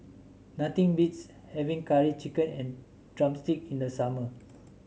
nothing beats having Curry Chicken and drumstick in the summer